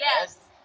Yes